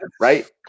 right